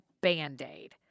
Band-Aid